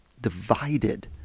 divided